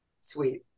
Sweet